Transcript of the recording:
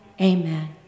Amen